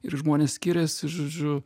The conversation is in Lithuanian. ir žmonės skiriasi žodžiu